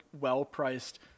well-priced